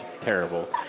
Terrible